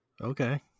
Okay